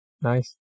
nice